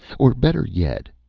or, better yet,